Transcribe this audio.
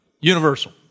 Universal